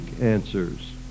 answers